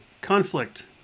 conflict